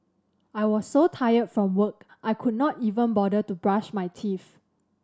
I was so tired from work I could not even bother to brush my teeth